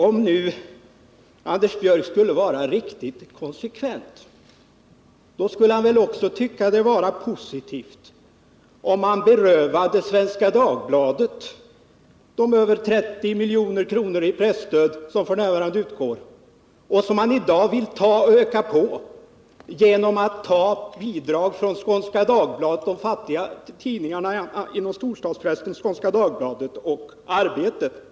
Om nu Anders Björck skulle vara riktigt konsekvent, skulle han väl också tycka att det vore positivt, om man berövade Svenska Dagbladet de över 30 milj.kr. i presstöd som f. n. utgår till den tidningen och som man i dag vill öka på genom att överflytta bidrag som går till två andra tidningar inom storstadspressen med en svag ekonomi, nämligen Skånska Dagbladet och Arbetet.